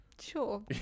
sure